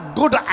good